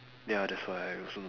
ya that's why I also don't